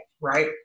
right